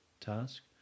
task